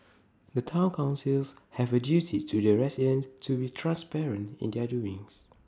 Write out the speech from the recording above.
the Town councils have A duty to the residents to be transparent in their doings